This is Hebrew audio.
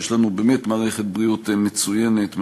שיש לנו באמת מערכת בריאות מצוינת,